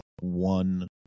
one